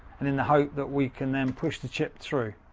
and in the hope that we can then push the chip through.